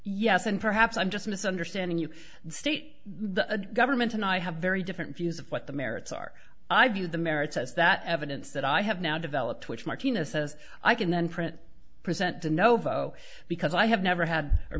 yes and perhaps i'm just misunderstanding you state the government and i have very different views of what the merits are i view the merits as that evidence that i have now developed which martina says i can then print present de novo because i have never